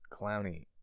clowny